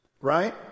Right